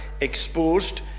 exposed